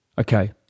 Okay